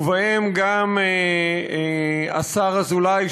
ובהם גם השר אזולאי,